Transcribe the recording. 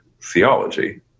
theology